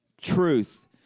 truth